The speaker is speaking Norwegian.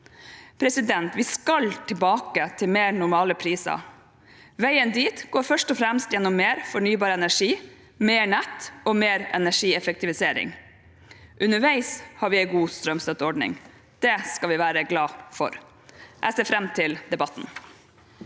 raskt. Vi skal tilbake til mer normale priser. Veien dit går først og fremst gjennom mer fornybar energi, mer nett og mer energieffektivisering. Underveis har vi en god strømstøtteordning, og det skal vi være glade for. Jeg ser fram til debatten.